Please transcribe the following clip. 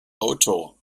auto